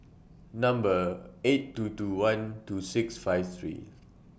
Number eight two two one two six five three